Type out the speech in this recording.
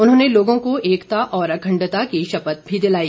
उन्होंने लोंगो को एकता और अखंडता की शपथ भी दिलाई